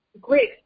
Great